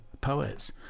poets